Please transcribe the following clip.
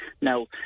Now